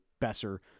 Besser